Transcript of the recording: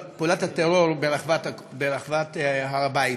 פעולת הטרור ברחבת הר הבית.